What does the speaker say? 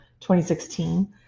2016